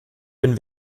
bin